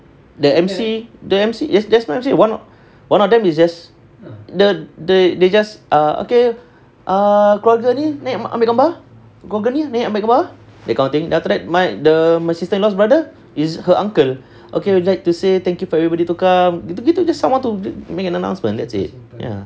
the emcee the emcee there's no emcee one one of them is just the the they just err okay err dia they just ah okay ah keluarga ni ambil gambar keluarga ni ambil gambar that kind of thing then after that my the my sister-in-law's brother is her uncle okay would like to say thank you for everybody to come gitu gitu just someone to make an announcement that's it ya